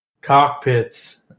cockpits